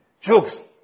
Jokes